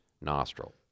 nostril